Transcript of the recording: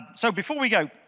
so, before we go,